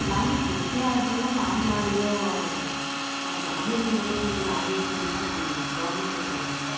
ನನಗೆ ಗೊತ್ತೇ ಆಗಿಲ್ಲ ನಾನು ಮಾಡಿರೋ ಜಾಮೂನಿಂದನೇ ಹಿಂಗಾಗೈತೆ ಅಂತ ನನಗೆ ನಿಜ್ವಾಗಲು ಗೊತ್ತಿರಲಿಲ್ಲ